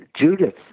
Judith